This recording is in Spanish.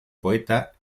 poeta